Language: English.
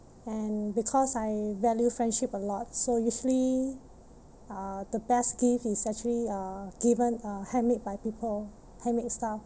and because I value friendship a lot so usually uh the best gift is actually uh given uh handmade by people handmade stuff